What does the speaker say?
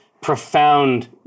profound